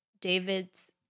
David's